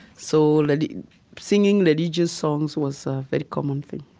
so like singing religious songs was a very common thing.